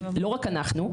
לא רק אנחנו.